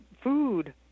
food